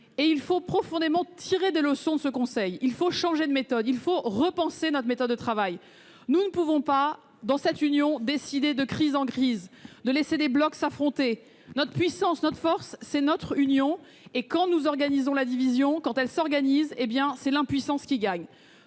Il faut tirer des leçons de ce Conseil, il faut profondément changer de méthode, il faut repenser notre méthode de travail. Nous ne pouvons pas, au sein de l'Union, décider de crise en crise et laisser des blocs s'affronter. Notre puissance, notre force, c'est notre union, et quand nous organisons la division ou la laissons s'organiser, c'est l'impuissance qui gagne.